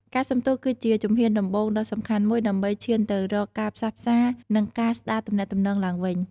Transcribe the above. ការសុំទោសគឺជាជំហានដំបូងដ៏សំខាន់មួយ ដើម្បីឈានទៅរកការផ្សះផ្សា និងការស្ដារទំនាក់ទំនងឡើងវិញ។